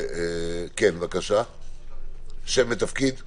כן, בבקשה, שם ותפקיד.